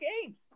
games